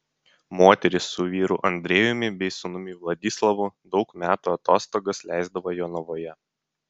moteris su vyru andrejumi bei sūnumi vladislavu daug metų atostogas leisdavo jonavoje